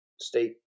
state